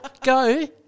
Go